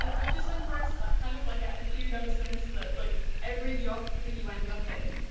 and i've just embrace that kind of like attitude ever since that like every job that you end up in,